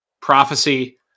Prophecy